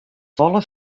folle